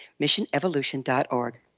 missionevolution.org